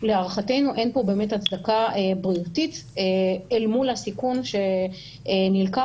להערכתנו אין פה באמת הצדקה בריאותית אל מול הסיכון שנלקח